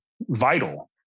vital